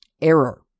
Error